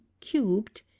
cubed